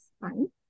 fine